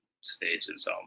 stages